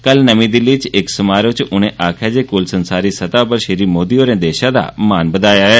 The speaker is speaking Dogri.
कल नमीं दिल्ली च इक समारोह च उने आक्खेआ जे कुल संसारी स्तह उप्पर श्री मोदी होरे देशै दा मान बघाया ऐ